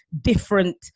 different